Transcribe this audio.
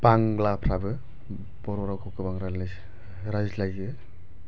बांलाफ्राबो बर' रावखौ गोबां रायज्लायो